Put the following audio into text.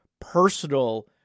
personal